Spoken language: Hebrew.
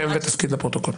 שם ותפקיד לפרוטוקול.